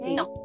no